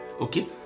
okay